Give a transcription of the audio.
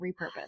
Repurpose